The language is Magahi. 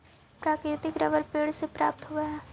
प्राकृतिक रबर पेड़ से प्राप्त होवऽ हइ